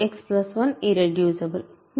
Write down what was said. కాబట్టి fX1 irreducible